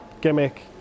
gimmick